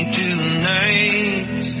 tonight